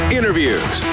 Interviews